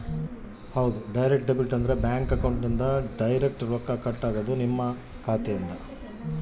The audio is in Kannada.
ಡೈರೆಕ್ಟ್ ಡೆಬಿಟ್ ಅಂದ್ರ ಬ್ಯಾಂಕ್ ಅಕೌಂಟ್ ಇಂದ ಡೈರೆಕ್ಟ್ ರೊಕ್ಕ ಕಟ್ ಆಗೋದು